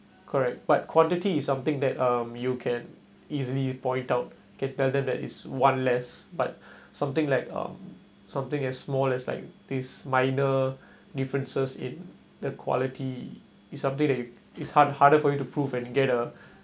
correct but quantity is something that um you can easily point out can tell them that it's one less but something like um something as small as like this minor differences in the quality is something that you is hard harder for you to prove and get a